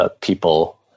People